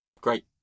great